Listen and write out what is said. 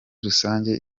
rusange